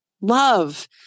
love